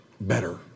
better